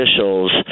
officials